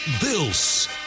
Bills